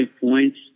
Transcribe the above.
points